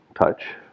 touch